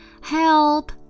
Help